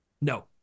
No